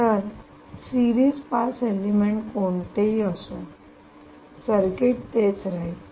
तर series pass element कोणतेही असो सर्किट तेच राहील